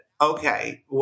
okay